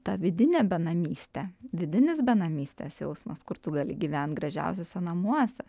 ta vidinė benamystė vidinis benamystės jausmas kur tu gali gyvent gražiausiuose namuose